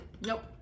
nope